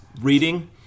reading